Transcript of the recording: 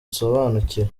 nsobanukiwe